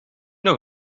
nog